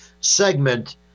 segment